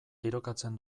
tirokatzen